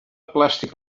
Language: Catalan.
plàstic